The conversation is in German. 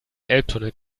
elbtunnel